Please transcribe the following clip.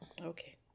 Okay